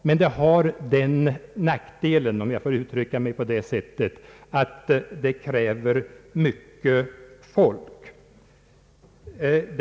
Det har dock den nackdelen — om jag får uttrycka mig så — att det kräver mycket folk.